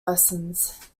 lessons